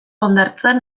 hondartzan